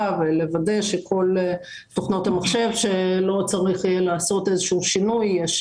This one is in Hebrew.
מאוד ולוודא שאין צורך לעשות שינוי בכל תוכנות המחשב,